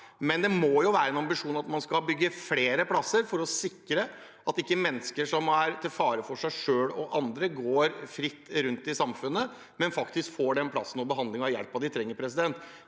men det må jo være en ambisjon at man skal bygge flere plasser for å sikre at mennesker som er til fare for seg selv og andre, ikke går fritt rundt i samfunnet, men faktisk får den plassen, behandlingen og hjelpen de trenger. Jeg